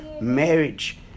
marriage